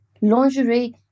lingerie